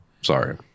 Sorry